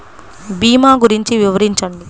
భీమా గురించి వివరించండి?